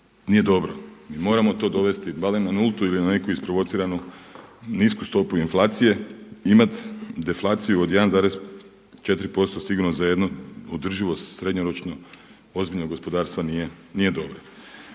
nije dobro. Mi moramo to dovesti barem na nultu ili neku isprovociranu nisku stopu inflacije imat deflaciju od 1,4% sigurno za jednu održivost srednjoročno ozbiljnog gospodarstva nije dobra.